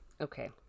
Okay